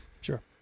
Sure